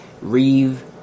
reeve